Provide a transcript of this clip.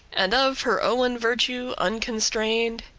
and of her owen virtue, unconstrain'd,